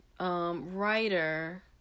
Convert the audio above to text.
Writer